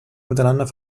miteinander